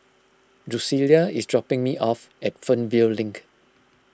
Drucilla is dropping me off at Fernvale Link